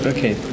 Okay